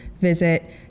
visit